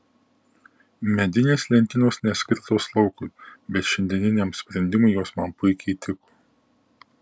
medinės lentynos neskirtos laukui bet šiandieniniam sprendimui jos man puikiai tiko